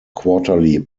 quarterly